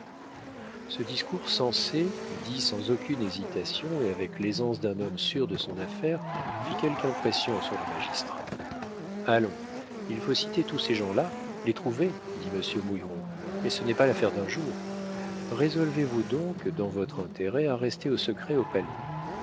ce discours sensé dit sans aucune hésitation et avec l'aisance d'un homme sûr de son affaire fit quelque impression sur les magistrats allons il faut citer tous ces gens-là les trouver dit monsieur mouilleron mais ce n'est pas l'affaire d'un jour résolvez vous donc dans votre intérêt à rester au secret au palais